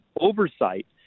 oversight